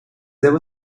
ever